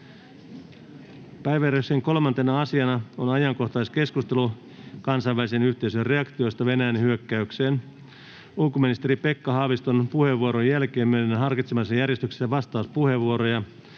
Päiväjärjestyksen 3. asiana on ajankohtaiskeskustelu kansainvälisen yhteisön reaktioista Venäjän hyökkäykseen. Ulkoministeri Pekka Haaviston puheenvuoron jälkeen myönnän harkitsemassani järjestyksessä vastauspuheenvuoroja,